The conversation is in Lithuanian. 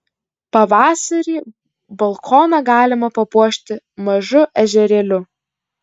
pavasarį balkoną galima papuošti mažu ežerėliu